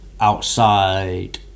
outside